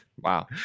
Wow